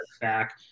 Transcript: Back